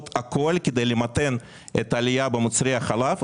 את הכל כדי למתן את העלייה במחירי החלב.